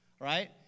Right